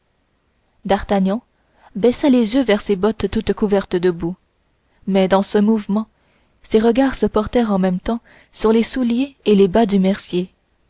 d'artagnan baissa les yeux vers ses bottes toutes couvertes de boue mais dans ce mouvement ses regards se portèrent en même temps sur les souliers et les bas du mercier